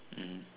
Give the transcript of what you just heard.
mmhmm